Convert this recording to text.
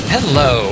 Hello